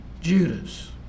Judas